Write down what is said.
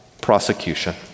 prosecution